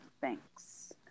thanks